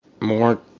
more